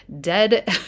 dead